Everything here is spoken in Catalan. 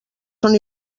són